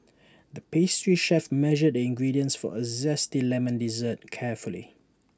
the pastry chef measured the ingredients for A Zesty Lemon Dessert carefully